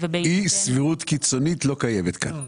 אי סבירות קיצונית לא קיימת כאן.